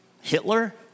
Hitler